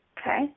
Okay